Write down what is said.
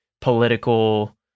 political